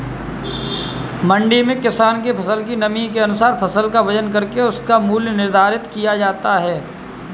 मंडी में किसानों के फसल की नमी के अनुसार फसल का वजन करके उसका मूल्य निर्धारित किया जाता है